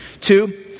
Two